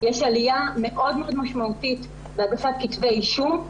יש עלייה מאוד משמעותית בהגשת כתבי אישום.